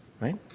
right